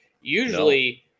Usually